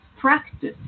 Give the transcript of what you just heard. practice